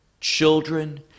children